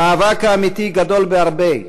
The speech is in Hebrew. המאבק האמיתי גדול בהרבה,